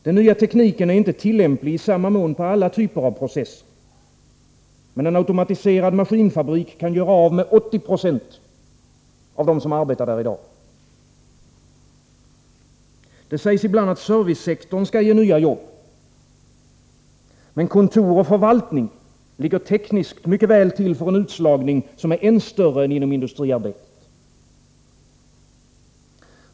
Den nya tekniken är inte tillämplig i samma mån på alla typer av processer. Men en automatiserad maskinfabrik kan göra av med 80 96 av de som arbetar där i dag. Det sägs ibland, att servicesektorn skall ge nya jobb. Men kontor och förvaltning ligger tekniskt mycket väl till för en utslagning som är än större än inom industriarbetet.